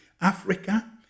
Africa